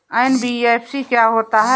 NBFC क्या होता है?